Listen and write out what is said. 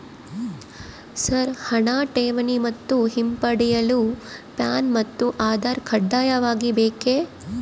Sir ಹಣ ಠೇವಣಿ ಮತ್ತು ಹಿಂಪಡೆಯಲು ಪ್ಯಾನ್ ಮತ್ತು ಆಧಾರ್ ಕಡ್ಡಾಯವಾಗಿ ಬೇಕೆ?